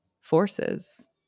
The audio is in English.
forces